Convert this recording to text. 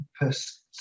persons